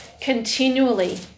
continually